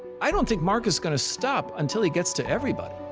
i don't think mark is going to stop until he gets to everybody.